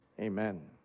Amen